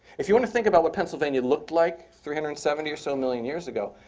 if you want to think about what pennsylvania looked like three hundred and seventy or so million years ago,